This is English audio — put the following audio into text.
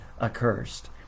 accursed